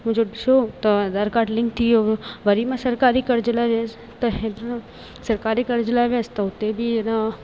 मुंहिंजो ॾिसो तव्हां आधार काड लिंक थियो वरी मां सरकारी कर्ज़ लाइ वियसि त इहो सरकारी कर्ज़ लाइ वियसि त हुते बि अञा